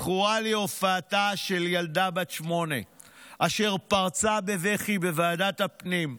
זכורה לי הופעתה של ילדה בת שמונה אשר פרצה בבכי בוועדת הפנים,